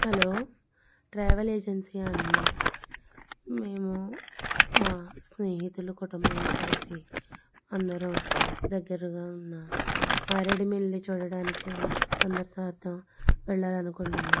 hello travel ఏజెన్సీయా అండీ మేము మా స్నేహితుల కుటుంబము కలిసి అందరూ దగ్గరగా ఉన్న మారేడుమిల్లి చూడడానికి అని సందర్శనార్థం వెళ్ళాలి అనుకుంటున్నాం